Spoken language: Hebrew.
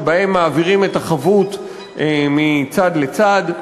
שבהן מעבירים את החבות מצד לצד,